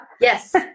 Yes